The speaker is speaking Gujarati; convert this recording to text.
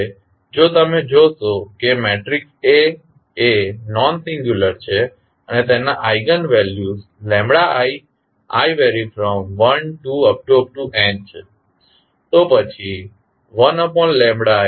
હવે જો તમે જોશો કે મેટ્રિક્સ A એ નોન્સિંગ્યુલર છે અને તેના આઇગન વેલ્યુસ ii12n છે તો પછી 1ii12